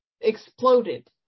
exploded